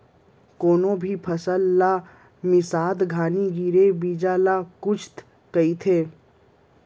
कोनो भी फसल ला मिसत घानी गिरे बीजा ल कुत कथें